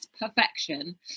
perfection